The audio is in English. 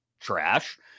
trash